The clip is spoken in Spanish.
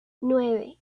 nueve